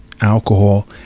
alcohol